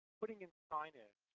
putting in signage,